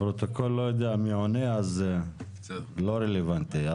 ומי עונה אז זה לא רלוונטי.